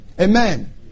amen